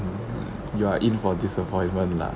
you are in for disappointment lah